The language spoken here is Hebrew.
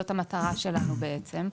זאת המטרה שלנו בעצם,